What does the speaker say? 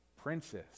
princess